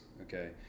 okay